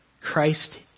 Christ